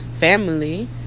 family